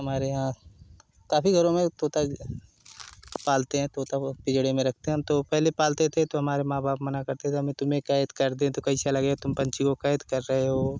हमारे यहाँ काफी घरों तोता पालते हैं तोता वो पिजड़े में रखते हम तो पहले पालते थे तो हमारे माँ बाप मना करते थे तुम्हें कैद कर दें तो कैसा लगेगा तुम पक्षी को कैद कर रहे हो